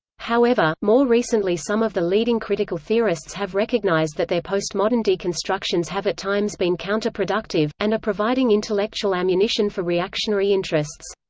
however, more recently some of the leading critical theorists have recognized that their postmodern deconstructions have at times been counter-productive, and are providing intellectual ammunition for reactionary interests.